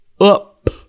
up